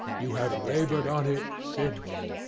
you have laboured on it, since.